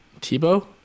Tebow